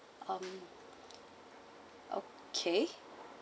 um okay